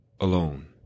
alone